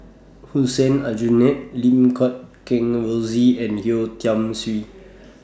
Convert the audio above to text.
Hussein Aljunied Lim Guat Kheng Rosie and Yeo Tiam Siew